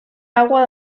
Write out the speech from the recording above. agua